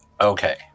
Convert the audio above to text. Okay